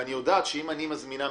ואני יודעת שאם הזמנתי מישהו,